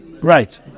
Right